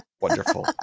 Wonderful